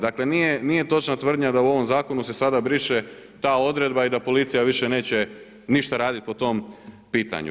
Dakle, nije točna tvrdnja da u ovom zakonu se sada briše ta odredba i da policija više neće ništa raditi po tom pitanju.